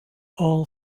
all